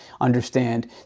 understand